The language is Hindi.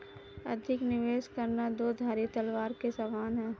अधिक निवेश करना दो धारी तलवार के समान है